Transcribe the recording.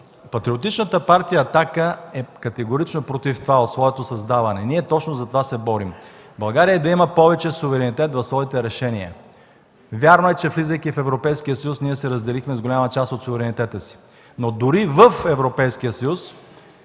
от своето създаване е категорично против това. Ние точно за това се борим – България да има повече суверенитет в своите решения. Вярно е, че влизайки в Европейския съюз, ние се разделихме с голяма част от суверенитета си. Но дори в Европейския съюз,